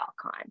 Alcon